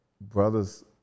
Brothers